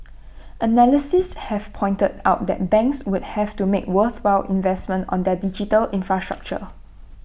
analysts have pointed out that banks would have to make worthwhile investments on their digital infrastructure